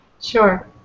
Sure